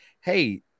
hey